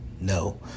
No